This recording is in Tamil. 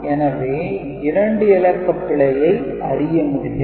எனவே 2 இலக்க பிழையை அறிய முடியும்